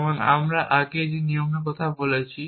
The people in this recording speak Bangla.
যেমন আমরা আগে যে নিয়মের কথা বলেছি